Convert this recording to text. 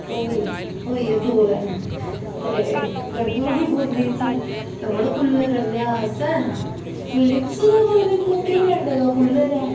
कोई होई गे दो दिन ते गर्मी बड़ी पबा दी होंदी इत्थै ते मड़ो कूलर आह्नेआ असें फ्लिपस दा पता नेईं केह्डे़ माडल दा कूलर ऐ